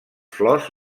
flors